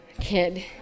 kid